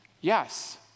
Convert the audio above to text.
Yes